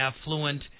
affluent